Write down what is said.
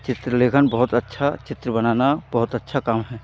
चित्र लेखन बहुत अच्छा चित्र बनाना बहुत अच्छा काम है